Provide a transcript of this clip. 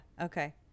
Okay